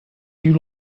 you